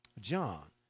John